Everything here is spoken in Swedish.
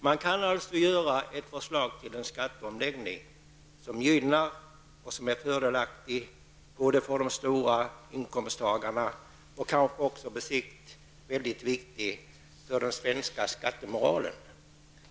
Det går alltså att skapa ett förslag till en skatteomläggning, som gynnar och är fördelaktig för de stora inkomsttagarna och kanske på sikt är viktig för den svenska skattemoralen.